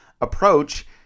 approach